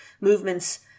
movements